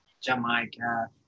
Jamaica